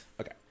Okay